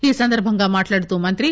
ఈ సందర్బంగా మాట్లాడుతూ మంత్రి